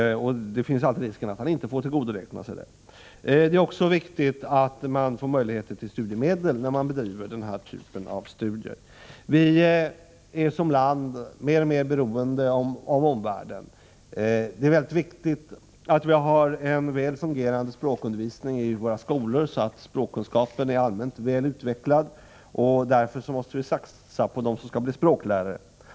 Risken finns ju alltid att man inte får tillgodoräkna sig dessa studier. Det är också viktigt att man får studiemedel vid den här typen av studier. Sverige blir mer och mer beroende av omvärlden, och därför är det mycket viktigt att vi har en väl fungerande språkundervisning i skolorna, så att språkkunskaperna allmänt blir goda. Därför måste vi också satsa på den som vill bli språklärare.